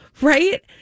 Right